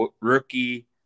rookie